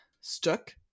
stuck